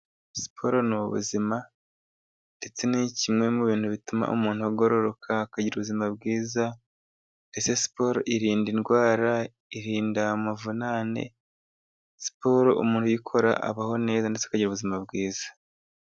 Siporo ni ubuzima, ndetse ni kimwe mu bintu bituma umuntu agororoka akagira ubuzima bwiza, ndetse siporo irinda indwara, irinda amavunane. Siporo umuntu uyikora abaho neza ndetse akagire ubuzima bwiza.